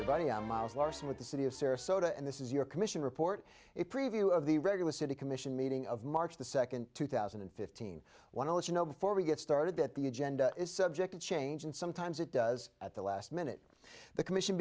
everybody i'm miles larson with the city of sarasota and this is your commission report a preview of the regular city commission meeting of march the second two thousand and fifteen want to let you know before we get started that the agenda is subject to change and sometimes it does at the last minute the commission